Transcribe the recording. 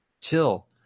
Chill